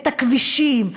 את הכבישים,